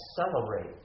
accelerate